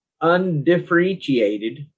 undifferentiated